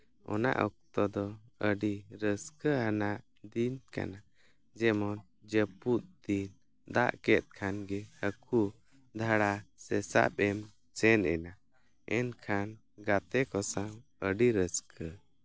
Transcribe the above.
ᱚᱱᱟ ᱚᱠᱛᱚ ᱫᱚ ᱟᱹᱰᱤ ᱨᱟᱹᱥᱠᱟᱹ ᱟᱱᱟᱜ ᱫᱤᱱ ᱠᱟᱱᱟ ᱡᱮᱢᱚᱱ ᱡᱟᱹᱯᱩᱫ ᱫᱤᱱ ᱫᱟᱜ ᱠᱮᱫ ᱠᱷᱟᱱ ᱜᱮ ᱦᱟᱹᱠᱩ ᱫᱷᱟᱲᱟ ᱥᱮ ᱥᱟᱵᱽ ᱮᱢ ᱥᱮᱱᱮᱱᱟ ᱮᱱᱠᱷᱟᱱ ᱜᱟᱛᱮ ᱠᱚ ᱥᱟᱶ ᱟᱹᱰᱤ ᱨᱟᱹᱥᱟᱹ